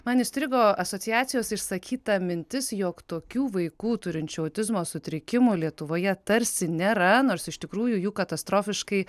man įstrigo asociacijos išsakyta mintis jog tokių vaikų turinčių autizmo sutrikimų lietuvoje tarsi nėra nors iš tikrųjų jų katastrofiškai